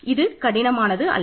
இது கடினமானது அல்ல